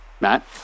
Matt